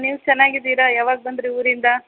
ನೀವು ಚೆನ್ನಾಗಿದ್ದೀರಾ ಯಾವಾಗ ಬಂದಿರಿ ಊರಿಂದ